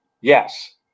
Yes